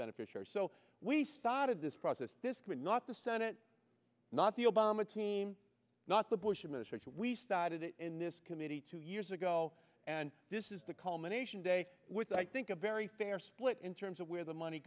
beneficiaries so we started this process this could not the senate not the obama team not the bush administration we started it in this committee two years ago and this is the culmination day which i think a very fair split in terms of where the money